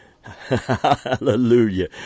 Hallelujah